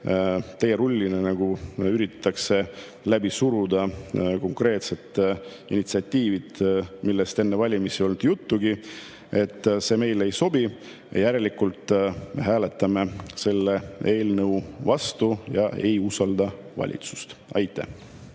teerulliga üritatakse läbi suruda konkreetsed initsiatiivid, millest enne valimisi ei olnud juttugi, meile ei sobi. Järelikult me hääletame selle eelnõu vastu ega usalda valitsust. Aitäh!